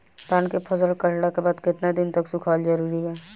धान के फसल कटला के बाद केतना दिन तक सुखावल जरूरी बा?